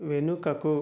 వెనుకకు